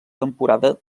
temporada